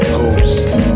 Ghost